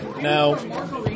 Now